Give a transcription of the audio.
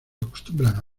acostumbran